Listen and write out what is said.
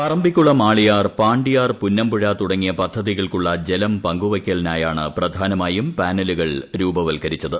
പറമ്പിക്കുളം ആളിയാർ പാണ്ടിയാർ പുന്നമ്പുഴ തുടങ്ങിയ പദ്ധതികൾക്കുള്ള ജലം പങ്കുവയ്ക്കലിനായാണ് പ്രധാനമായും പാനലുകൾ രൂപവൽക്കരിച്ചത്